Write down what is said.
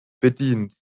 bedient